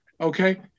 Okay